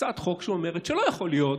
הצעת חוק שאומרת שלא יכול להיות